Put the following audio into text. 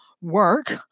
work